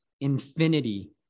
infinity